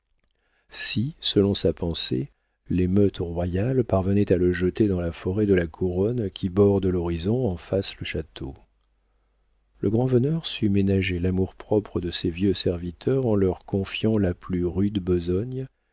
si selon sa pensée les meutes royales parvenaient à le jeter dans la forêt de la couronne qui borde l'horizon en face le château le grand-veneur sut ménager l'amour-propre de ses vieux serviteurs en leur confiant la plus rude besogne